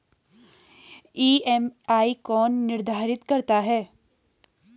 EMI कौन निर्धारित करता है?